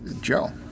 Joe